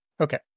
Okay